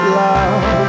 love